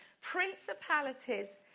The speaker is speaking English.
principalities